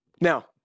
Now